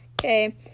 okay